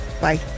Bye